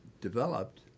developed